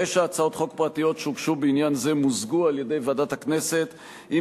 תשע הצעות חוק פרטיות שהוגשו בעניין זה מוזגו על-ידי ועדת הכנסת עם